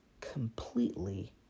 completely